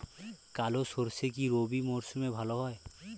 কালো সরষে কি রবি মরশুমে ভালো হয়?